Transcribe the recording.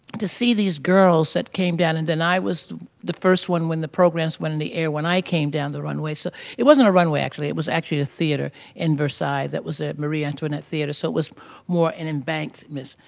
to see these girls that came down and then i was the first one when the programs went on the air. when i came down the runway so it wasn't a runway actually. it was actually a theater in versailles that was a marie antoinette theater so it was more an embankment.